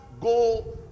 go